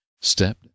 Step